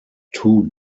two